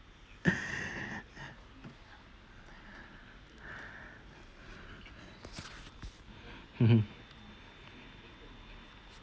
mmhmm